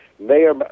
Mayor